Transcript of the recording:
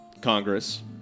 Congress